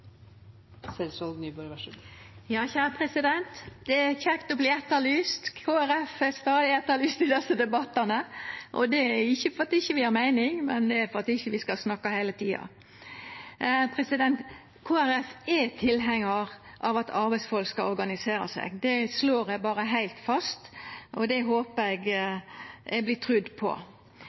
stadig etterlyst i desse debattane. Det er ikkje det at vi ikkje har ei meining, men at vi ikkje skal snakka heile tida. Kristeleg Folkeparti er tilhengarar av at arbeidsfolk skal organisera seg. Det slår eg berre heilt fast, og det håpar eg at eg vert trudd på.